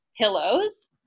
pillows